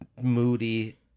moody